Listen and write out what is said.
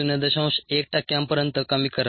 1 टक्क्यांपर्यंत कमी करण्यासाठी